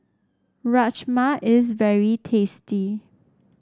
Rajma is very tasty